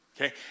okay